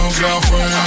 girlfriend